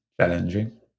challenging